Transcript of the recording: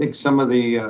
like some of the,